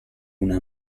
una